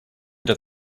that